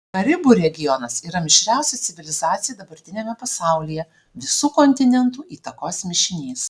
karibų regionas yra mišriausia civilizacija dabartiniame pasaulyje visų kontinentų įtakos mišinys